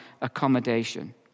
accommodation